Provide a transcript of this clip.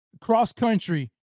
cross-country